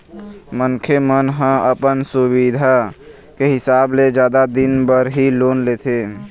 मनखे मन ह अपन सुबिधा के हिसाब ले जादा दिन बर ही लोन लेथे